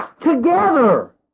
Together